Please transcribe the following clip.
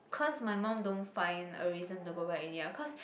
cause my mum don't find a reason to go back already ah cause